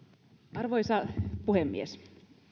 arvoisa puhemies